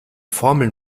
formeln